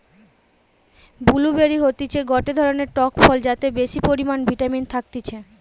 blue বেরি হতিছে গটে ধরণের টক ফল যাতে বেশি পরিমানে ভিটামিন থাকতিছে